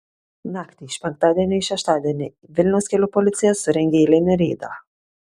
naktį iš penktadienio į šeštadienį vilniaus kelių policija surengė eilinį reidą